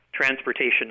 transportation